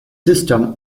system